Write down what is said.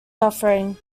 suffering